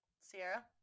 Sierra